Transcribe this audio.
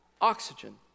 Oxygen